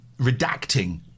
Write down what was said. redacting